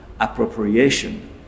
appropriation